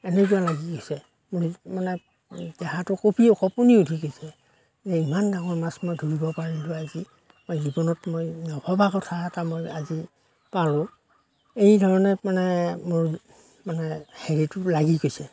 এনেকুৱা লাগি আছে মানে মানে দেহাটো কঁপিয়ে কঁপনি উঠি গৈছে যে ইমান ডাঙৰ মাছ মই ধৰিব পাৰিলোঁ আজি মই জীৱনত মই নভবা কথা এটা মই আজি পালোঁ এইধৰণে মানে মোৰ মানে হেৰিটো লাগি গৈছে